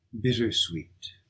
Bitter-Sweet